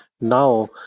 Now